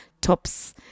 tops